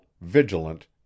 vigilant